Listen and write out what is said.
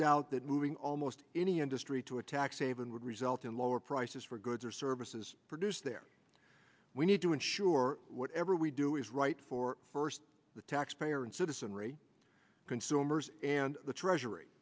doubt that moving almost any industry to a tax haven would result in lower prices for goods or services produced there we need to ensure whatever we do is right for first the taxpayer and citizenry consumers and the treasury